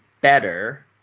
better